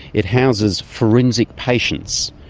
it houses forensic patients,